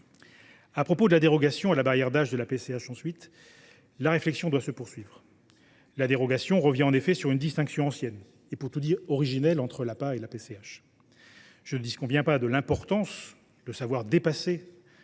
Concernant la dérogation à la barrière d’âge pour l’octroi de la PCH, la réflexion doit se poursuivre. La dérogation proposée revient en effet sur une distinction ancienne et, pour tout dire, originelle, entre l’APA et la PCH. Je ne disconviens pas de l’importance de savoir dépasser,